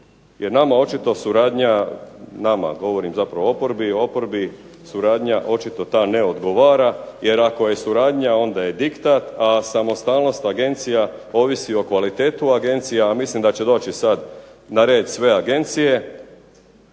Jer nama očito suradnja, nama, govorim zapravo oporbi, oporbi suradnja očito ta ne odgovara jer ako je suradnja onda je diktat, a samostalnost agencija ovisi o kvaliteti agencija. A mislim da će doći sad na red sve agencije